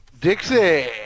Dixie